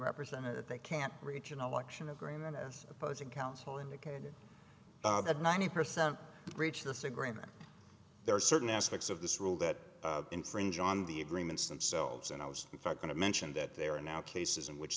represented that they can't reach an election agreement of opposing counsel indicated that ninety percent reach this agreement there are certain aspects of this rule that infringe on the agreements themselves and i was going to mention that there are now cases in which